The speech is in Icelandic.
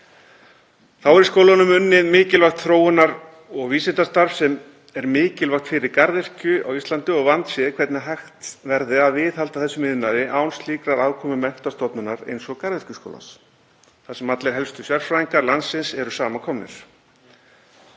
Þá er í skólanum unnið mikilvægt þróunar- og vísindastarf sem er mikilvægt fyrir garðyrkju á Íslandi og vandséð hvernig hægt verði að viðhalda þessum iðnaði án aðkomu menntastofnunar eins og Garðyrkjuskólans þar sem allir helstu sérfræðingar landsins eru samankomnir.